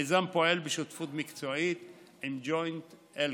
המיזם פועל בשותפות מקצועית עם ג'וינט אלכא.